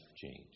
change